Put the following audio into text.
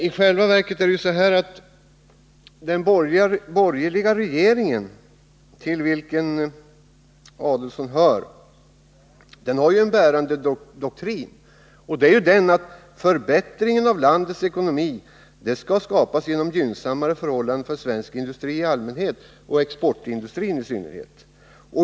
I själva verket har den borgerliga regeringen, till vilken Ulf Adelsohn hör, en bärande doktrin, nämligen att landets ekonomi skall förbättras genom att man skapar gynnsammare förhållanden för svensk industri i allmänhet och exportindustrin i synnerhet.